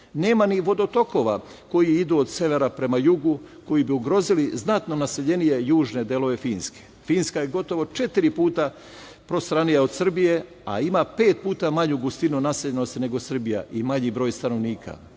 Nema ni vodotokova koji idu od severa prema jugu koji bi ugrozili znatno naseljenije južni delove Finske. Finska je gotovo četiri puta prostranija od Srbije, a ima pet puta manju gustinu naseljenosti nego Srbija i manji broj stanovnika. Osim